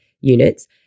units